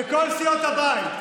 מכל סיעות הבית.